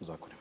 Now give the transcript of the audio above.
zakonima.